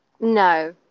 No